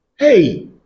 Hey